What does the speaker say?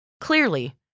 Clearly